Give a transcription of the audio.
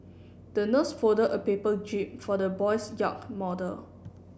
the nurse folded a paper jib for the boy's yacht model